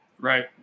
Right